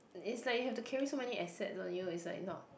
is like you have to carry so many assets on you is like not